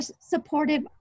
supportive